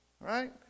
Right